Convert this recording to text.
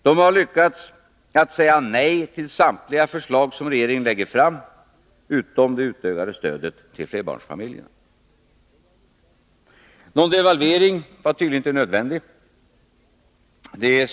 De har lyckats att säga nej Vissa ekonomisktill samtliga förslag Am regeringen ligger fram — ätomälet rekade stöder till politiska åtgärder flerbarnsfamiljerna. Någon devalvering var tydligen inte nödvändig.